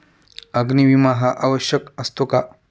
अग्नी विमा हा आवश्यक असतो का?